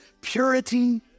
purity